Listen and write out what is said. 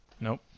Nope